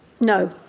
No